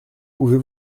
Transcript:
pouvez